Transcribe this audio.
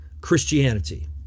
Christianity